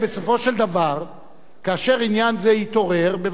כאשר עניין זה יתעורר בוועדת חקירה כזאת או אחרת,